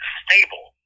stable